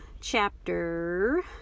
chapter